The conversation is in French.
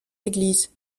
églises